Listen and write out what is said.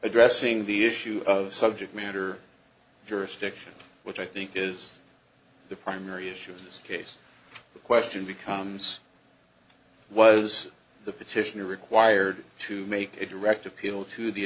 addressing the issue of subject matter jurisdiction which i think is the primary issue in this case the question becomes was the petitioner required to make a direct appeal to the